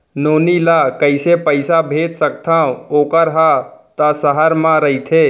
नोनी ल कइसे पइसा भेज सकथव वोकर हा त सहर म रइथे?